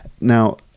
Now